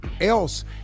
else